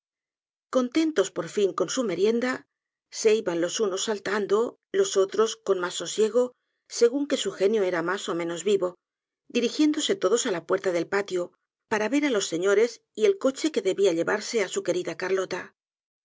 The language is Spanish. contentos por fin con su merienda se iban los unos saltando los otros con mas sosiego según que su genio era mas ó menos vivo dirigiéndose todos á la puerta del patio para ver á los señores y el coche que debía llevarse á su querida carlota